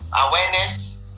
awareness